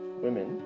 Women